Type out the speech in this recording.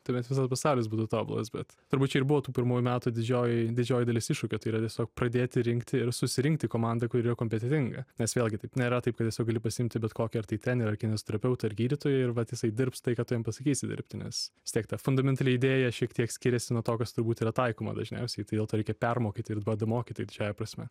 tuomet visas pasaulis būtų tobulas bet turbūt čia ir buvo tų pirmųjų metų didžioji didžioji dalis iššūkių tai yra tiesiog pradėti rinkti ir susirinkti komandą kuri yra kompetentinga nes vėlgi taip nėra taip kad tiesiog gali pasiimti bet kokį ar tai trenerį ar kinezioterapeutą ar gydytoja ir vat jisai dirbs tai ką tu jam pasakysi dirbti nes vistiek ta fundamentali idėja šiek tiek skiriasi nuo to kas turbūt yra taikoma dažniausiai tai dėl to reikia permokyti arba damokyti didžiąja prasme